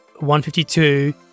152